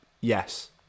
Yes